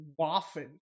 waffen